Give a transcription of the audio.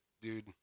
Dude